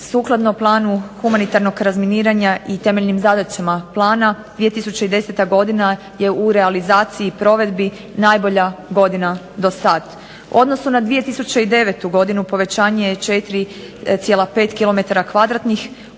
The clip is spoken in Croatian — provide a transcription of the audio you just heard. sukladno planu humanitarnog razminiranja i temeljnim zadaćama plana 2010. godina je u realizaciji provedbi najbolja godina do sada. U odnosu na 2009. godinu povećanje je 4,5 km2 unatoč